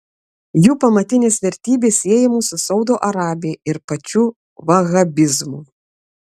jų pamatinės vertybės siejamos su saudo arabija ir pačiu vahabizmu